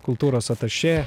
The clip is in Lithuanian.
kultūros atašė